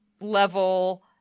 level